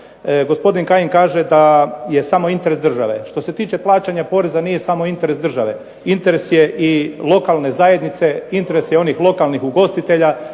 gospodin Kajin kaže da je samo interes države. Što se tiče plaćanja poreza nije samo interes države. Interes je i lokalne zajednice, interes je onih lokalnih ugostitelja,